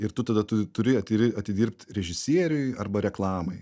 ir tu tada tu turi atidirbt režisieriui arba reklamai